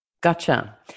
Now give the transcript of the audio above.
Gotcha